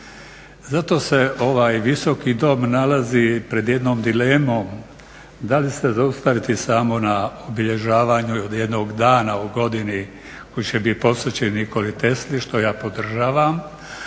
Zato se ovaj visoki dom nalazi pred jednom dilemom da li se zaustaviti samo na obilježavanju od jednog dana u godini koji će biti posvećen Nikoli Tesli, što ja podržavam,